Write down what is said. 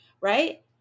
right